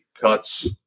cuts